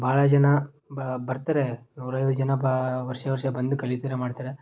ಭಾಳ ಜನ ಬರ್ತಾರೆ ನೂರೈವತ್ತು ಜನ ಬ ವರ್ಷ ವರ್ಷ ಬಂದು ಕಲಿತಾರೆ ಮಾಡ್ತಾರೆ